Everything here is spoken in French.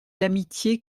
l’amitié